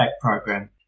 Program